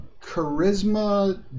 charisma